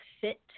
fit